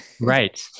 Right